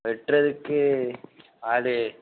வெட்டுறதுக்கு ஆள்